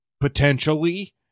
Potentially